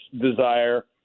desire